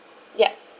yup